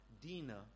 Dina